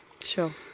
Sure